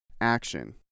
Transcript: action